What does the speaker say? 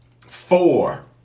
four